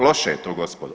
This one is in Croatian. Loše je to gospodo.